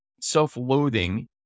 self-loathing